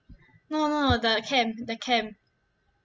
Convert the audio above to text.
no no the camp the camp